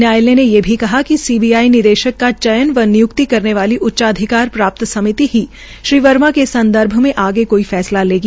न्यायालय ने ये भी कहा कि सीबीआई निदेशक का चयन व निय्क्ति करने वाली उच्चाधिकार प्राप्त समिति ही श्रीवर्मा के सन्दर्भ में आगे कोई फैसला लेगी